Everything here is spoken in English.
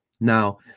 Now